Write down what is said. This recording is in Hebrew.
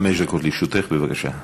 חמש דקות לרשותך, בבקשה.